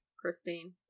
Christine